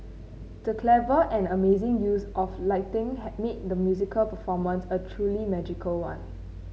the clever and amazing use of lighting had made the musical performance a truly magical one